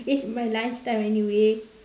it's my lunch time anyway